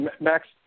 Max